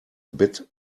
bit